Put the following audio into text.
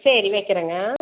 சரி வைக்கிறேங்க